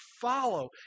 follow